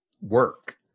work